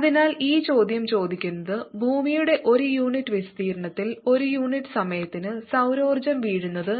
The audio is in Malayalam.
അതിനാൽ ഈ ചോദ്യം ചോദിക്കുന്നത് ഭൂമിയുടെ ഒരു യൂണിറ്റ് വിസ്തീർണ്ണത്തിൽ ഒരു യൂണിറ്റ് സമയത്തിന് സൌരോർജ്ജം വീഴുന്നത്